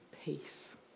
peace